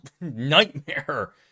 nightmare